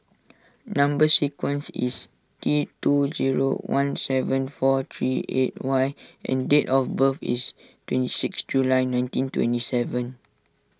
Number Sequence is T two zero one seven four three eight Y and date of birth is twenty six July nineteen twenty seven